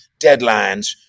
deadlines